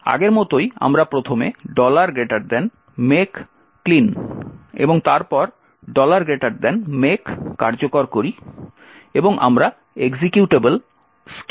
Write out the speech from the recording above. আগের মতই আমরা প্রথমে make clean এবং তারপর make কার্যকর করি এবং আমরা এক্সিকিউটেবল skipinstruction পাই